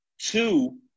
Two